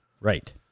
Right